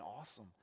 awesome